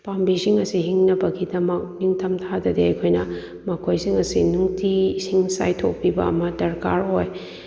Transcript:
ꯄꯥꯝꯕꯤꯁꯤꯡ ꯑꯁꯦ ꯍꯤꯡꯅꯕꯒꯤꯗꯃꯛ ꯅꯤꯡꯊꯝꯊꯥꯗꯗꯤ ꯑꯩꯈꯣꯏꯅ ꯃꯈꯣꯏꯁꯤꯡ ꯑꯁꯦ ꯅꯨꯡꯇꯤꯒꯤ ꯏꯁꯤꯡ ꯆꯥꯏꯊꯣꯛꯄꯤꯕ ꯑꯃ ꯗꯔꯀꯥꯔ ꯑꯣꯏ